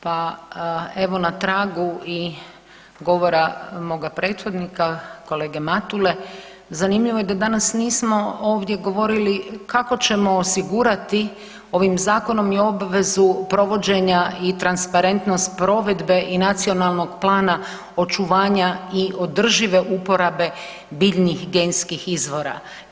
Pa evo na tragu i govora moga prethodnika kolege Matule, zanimljivo je da danas nismo ovdje govorili kako ćemo osigurati ovim zakonom i obvezu provođenja i transparentnost provedbe i nacionalnog plana očuvanja i održive uporabe biljnih genskih izvora.